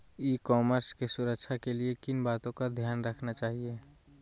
ई commerce की सुरक्षा के लिए किन बातों का ध्यान रखना चाहिए?